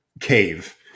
cave